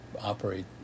operate